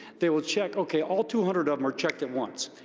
they will check, ok, all two hundred of them are checked at once.